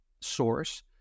source